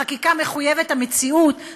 חקיקה מחויבת המציאות,